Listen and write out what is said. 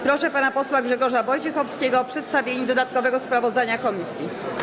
Proszę pana posła Grzegorza Wojciechowskiego o przedstawienie dodatkowego sprawozdania komisji.